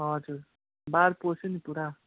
हजुर बाढ पस्यो नि पुरा